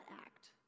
act